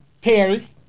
Terry